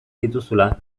dituzula